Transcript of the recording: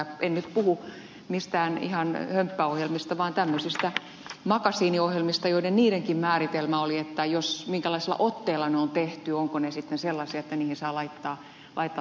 en nyt puhu mistään ihan hömppäohjelmista vaan tämmöisistä makasiiniohjelmista joiden niidenkin määritelmässä oli minkälaisella otteella ne on tehty ovatko ne sellaisia että niihin saa laittaa tuotesijoittelua vai ei